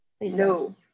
no